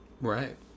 right